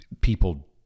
people